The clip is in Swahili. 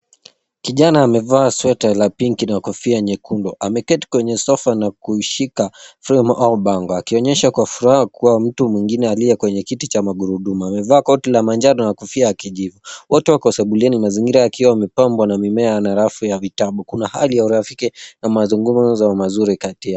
KIjana amevaa sweta la pinki na kofia nyekundu. Ameketi kwenye sofa na kushika fremu au bamba akionyesha kwa furaha kua mtu mwingine alie kwenye kiti cha magurudumu. Amevaa koti la manjano na kofia ya kijivu. Wote wako sebuleni mazingira yakiwa yamepambwa na mimea na rafu ya vitabu. Kuna hali ya urafiiki na mazungumuzo mazuri kati yao.